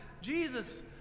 Jesus